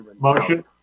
Motion